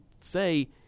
say